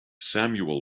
samuel